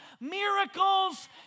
miracles